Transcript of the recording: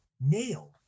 nailed